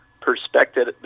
perspective